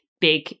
big